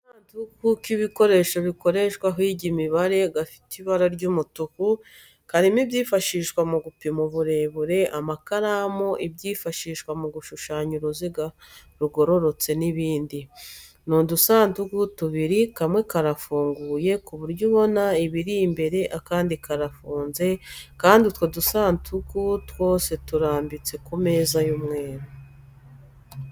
Agasanduku k'ibikoresho bikoreshwa higwa imibare gafite ibara ry'umutuku, karimo ibyifashishwa mu gupima uburebure, amakaramu, ibyifashishwa mu gushushanya uruziga rugororotse n'ibindi. Ni udusanduka tubiri, kamwe karafunguye ku buryo ubona ibirimo imbere akandi karafunze kandi utwo dusanduku twose turambitse ku meza y'umweru.